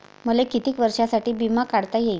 मले कितीक वर्षासाठी बिमा काढता येईन?